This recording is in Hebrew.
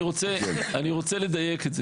אני רוצה לדייק.